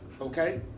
Okay